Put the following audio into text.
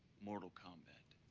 mortal kombat.